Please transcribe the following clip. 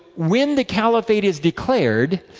when the caliphate is declared,